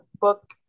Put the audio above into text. book